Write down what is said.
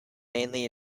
mainly